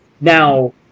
Now